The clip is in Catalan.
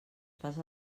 pas